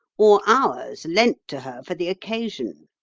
or ours lent to her for the occasion.